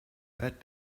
that